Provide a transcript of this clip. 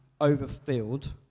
overfilled